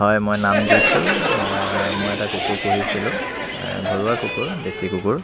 হয় নই নাম দিছোঁ মই এটা কুকুৰ পুহিছিলোঁ ঘৰুৱা কুকুৰ দেশী কুকুৰ